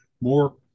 more